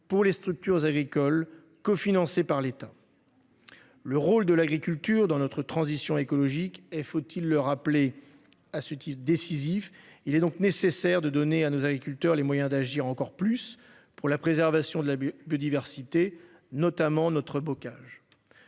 pour les structures agricoles cofinancé par l'État. Le rôle de l'agriculture dans notre transition écologique et faut-il le rappeler à ce titre-décisif. Il est donc nécessaire de donner à nos agriculteurs les moyens d'agir encore plus pour la préservation de la biodiversité, notamment notre bocage.